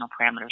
parameters